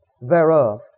thereof